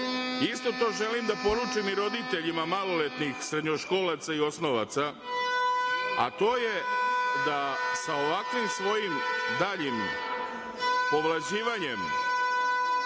Isto to želim da poručim i roditeljima maloletnih srednjoškolaca i osnovaca, a to je da sa ovakvim svojim daljim povlađivanjem